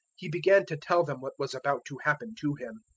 he began to tell them what was about to happen to him.